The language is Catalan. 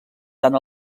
tant